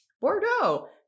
Bordeaux